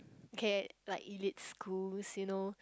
K like elite schools you know